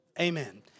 Amen